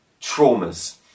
traumas